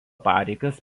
pareigas